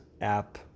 app